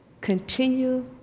continue